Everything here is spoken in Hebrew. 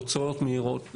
תוצאות מהירות,